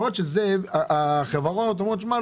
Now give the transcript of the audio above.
יכול להיות שהחברות אומרות: "שמע,